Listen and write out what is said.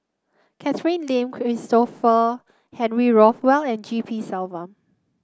Catherine Lim Christopher Henry Rothwell and G P Selvam